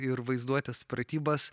ir vaizduotės pratybas